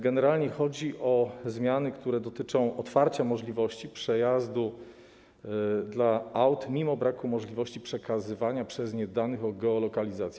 Generalnie chodzi o zmiany, które dotyczą otwarcia możliwości przejazdu aut mimo braku możliwości przekazywania przez nie danych o geolokalizacji.